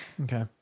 Okay